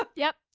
ah yup.